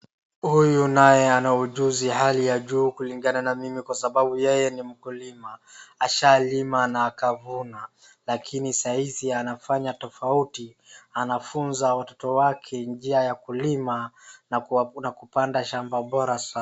Huyu naye ana ujuzi hali ya juu kulingana na mimi kwa sababu yeye ni mkulima, ashalima na akavuna, lakini saa hizi anafanya tofauti, anafuza watoto wake njia ya kulima na kupanda shamba bora sana.